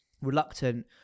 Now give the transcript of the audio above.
reluctant